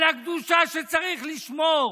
על הקדושה שצריך לשמור,